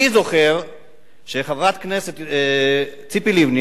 אני זוכר שחברת הכנסת ציפי לבני,